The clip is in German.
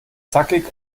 zackig